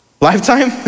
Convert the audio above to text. Lifetime